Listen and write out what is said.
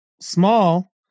small